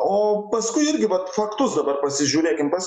o paskui irgi vat faktus dabar pasižiūrėkim pas